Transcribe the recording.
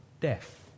death